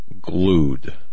glued